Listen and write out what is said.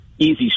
Easy